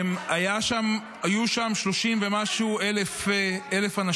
היו שם 30,000 ומשהו אנשים.